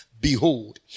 behold